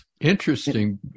Interesting